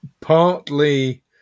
Partly